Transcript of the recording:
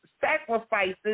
Sacrifices